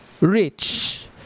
rich